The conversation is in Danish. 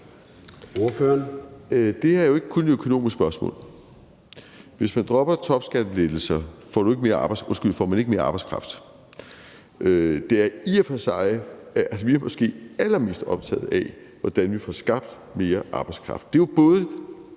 her er jo ikke kun et økonomisk spørgsmål. Hvis man dropper topskattelettelser, får man ikke mere arbejdskraft. Vi er måske allermest optagede af, hvordan vi får skabt mere arbejdskraft.